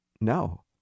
No